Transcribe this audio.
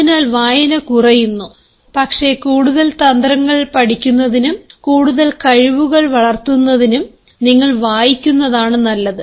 അതിനാൽ വായന കുറയുന്നു പക്ഷേ കൂടുതൽ തന്ത്രങ്ങൾ പഠിക്കുന്നതിനും കൂടുതൽ കഴിവുകൾ വളർത്തുന്നതിനും നിങ്ങൾ വായിക്കുന്നതാണ് നല്ലത്